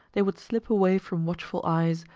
they would slip away from watchful eyes,